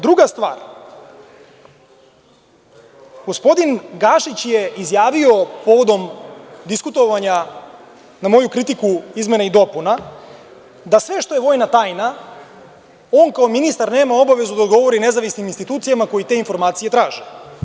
Druga stvar, gospodin Gašić je izjavio povodom diskutovanja na moju kritiku izmena i dopuna da sve što je vojna tajna on kao ministar nema obavezu da odgovori nezavisnim institucijama koje te informacije traže.